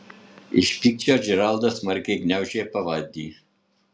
iš pykčio džeraldas smarkiai gniaužė pavadį